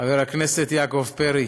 חבר הכנסת יעקב פרי,